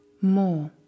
more